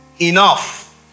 enough